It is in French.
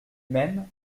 mêmes